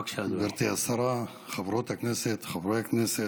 גברתי השרה, חברות הכנסת, חברי הכנסת,